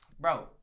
bro